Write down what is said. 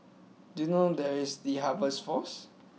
do you know where is The Harvest Force